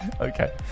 Okay